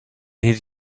his